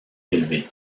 élevé